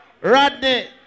Rodney